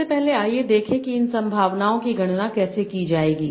सबसे पहले आइए देखें कि इन संभावनाओं की गणना कैसे की जाएगी